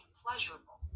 pleasurable